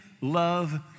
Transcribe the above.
love